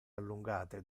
allungate